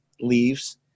leaves